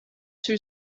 two